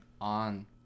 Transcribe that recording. on